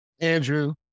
Andrew